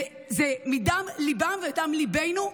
וזה מדם ליבם ומדם ליבנו.